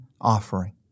offering